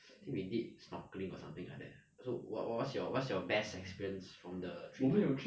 think we did snorkeling or something like that so what what what's your what's your best experience from the trip